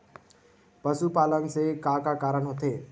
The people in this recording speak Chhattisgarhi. पशुपालन से का का कारण होथे?